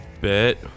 bit